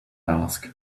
ask